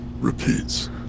repeats